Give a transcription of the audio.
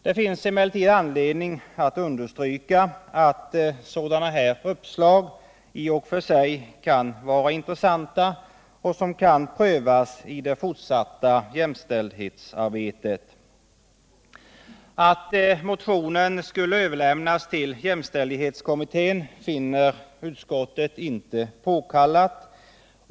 Det finns emellertid anledning understryka att sådana uppslag i och för sig kan vara intressanta och att de kan prövas i det fortsatta jämställdhetsarbetet. Att motionen skulle överlämnas till jämställdhetskommittén finner utskottet inte påkallat.